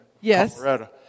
Yes